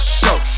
show